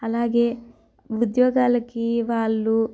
అలాగే ఉద్యోగాలకి వాళ్ళు